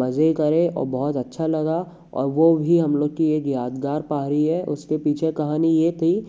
मज़े करे और बहुत अच्छा लगा और वो भी हम लोग की एक यादगार पारी है उसके पीछे कहानी ये थी